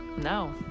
no